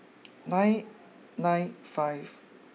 nine nine five